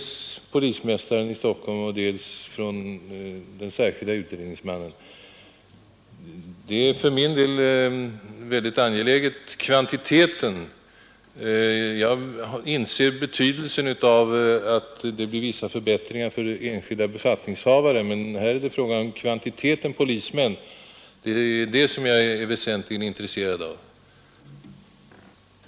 För min del är kvantiteten ny personal en mycket angelägen fråga. Jag inser betydelsen av att det blir vissa ekonomiska förbättringar för enskilda befattningshavare, men vad jag här väsentligen är intresserad av är personalkvantitetens ökning hos polisen